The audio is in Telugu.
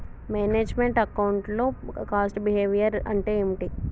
మేనేజ్ మెంట్ అకౌంట్ లో కాస్ట్ బిహేవియర్ అంటే ఏమిటి?